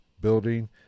building